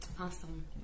Awesome